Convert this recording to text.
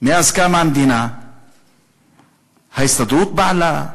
מאז קמה המדינה ההסתדרות פעלה,